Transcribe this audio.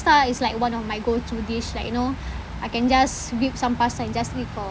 is like one of my go-to dish like you know I can just eat some pasta and just eat for